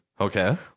Okay